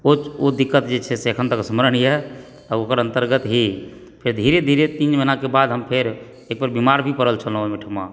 ओ दिक्कत जे छै से अखन तक स्मरण यऽ आ ओकर अन्तर्गत ही फेर धीरे धीरे तीन महीनाके बाद हम फेर एक बेर बीमार भी पड़ल छलहुँ हम ओहिठमा